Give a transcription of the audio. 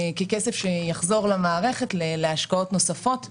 כסף שיחזור למערכת להשקעות נוספות.